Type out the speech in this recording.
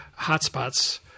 hotspots